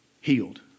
healed